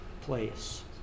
place